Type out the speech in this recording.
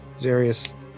Zarius